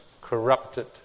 corrupted